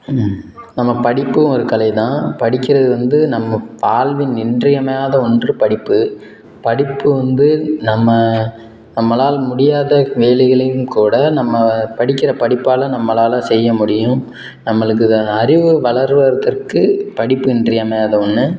ம் நம்ம படிப்பும் ஒரு கலை தான் படிக்கிறது வந்து நம்ம வாழ்வின் இன்றியமையாத ஒன்று படிப்பு படிப்பு வந்து நம்ம நம்மளால் முடியாத வேலைகளையும் கூட நம்ம படிக்கிற படிப்பால் நம்மளால் செய்ய முடியும் நம்மளுக்கு இந்த அறிவு வளர்வதற்கு படிப்பு இன்றியமையாத ஒன்று